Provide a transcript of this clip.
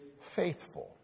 faithful